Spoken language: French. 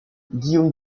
guillaume